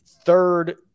Third